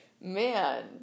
man